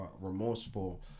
remorseful